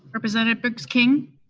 representative briggs king?